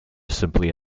simply